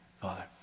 Father